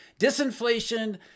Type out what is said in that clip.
Disinflation